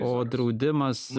o draudimas